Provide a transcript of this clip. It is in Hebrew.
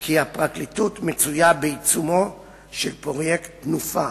כי הפרקליטות מצויה בעיצומו של פרויקט תנופ"ה,